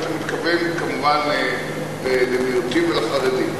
אתה מתכוון כמובן למיעוטים ולחרדים,